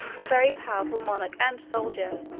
a very powerful monarch and soldier,